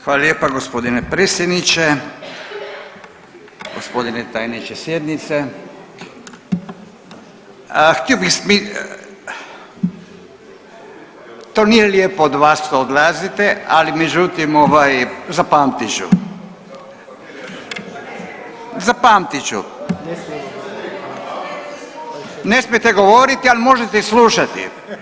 Hvala lijepa gospodine predsjedniče, gospodine tajniče sjednice, htio bih, to nije lijepo od vas odlazite, ali međutim ovaj zapamtit ću, zapamtit ću, ne smijete govoriti ali možete slušati.